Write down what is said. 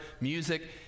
music